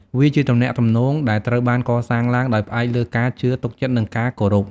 វាជាទំនាក់ទំនងដែលត្រូវបានកសាងឡើងដោយផ្អែកលើការជឿទុកចិត្ត និងការគោរព។